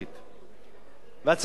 ההצעה שלי, אדוני היושב-ראש, נורא פשוטה.